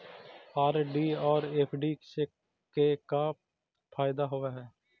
RD और FD के का फायदा होव हई?